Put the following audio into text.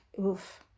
oof